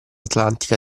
atlantica